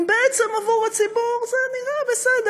אם בעצם עבור הציבור זה נראה בסדר,